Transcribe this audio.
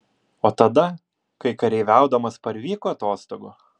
o tada kai kareiviaudamas parvyko atostogų